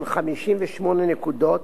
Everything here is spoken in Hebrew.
של 58 נקודות,